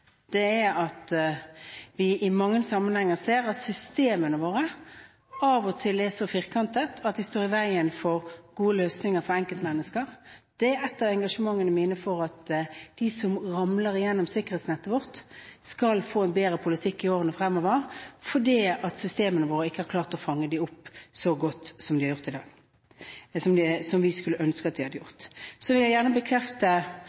av, er at vi i mange sammenhenger ser at systemene våre av og til er så firkantet at de står i veien for gode løsninger for enkeltmennesker. Et av engasjementene mine er at de som ramler gjennom sikkerhetsnettet vårt, skal få en bedre politikk i årene fremover, for systemene våre har ikke klart å fange dem opp så godt som vi skulle ønske at de hadde gjort. Så vil jeg gjerne bekrefte